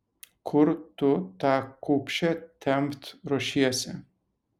kur tu tą kupšę tempt ruošiesi